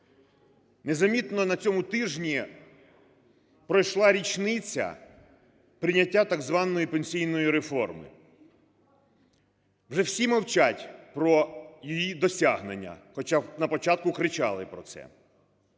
Незамітно на цьому тижні пройшла річниця прийняття так званої пенсійної реформи. Вже всі мовчать про її досягнення, хоча на початку кричали про це.